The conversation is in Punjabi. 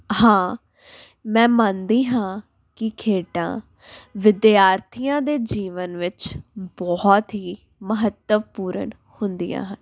ਹਾਂ ਮੈਂ ਮੰਨਦੀ ਹਾਂ ਕਿ ਖੇਡਾਂ ਵਿਦਿਆਰਥੀਆਂ ਦੇ ਜੀਵਨ ਵਿੱਚ ਬਹੁਤ ਹੀ ਮਹੱਤਵਪੂਰਨ ਹੁੰਦੀਆਂ ਹਨ